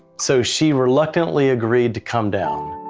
so she reluctantly agreed to come down.